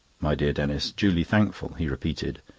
my dear denis duly thankful, he repeated,